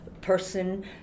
person